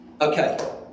Okay